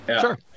Sure